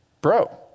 bro